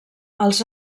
als